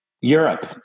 Europe